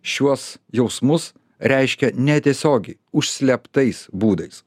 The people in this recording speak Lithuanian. šiuos jausmus reiškia netiesiogiai užslėptais būdais